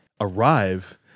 arrive